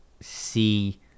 see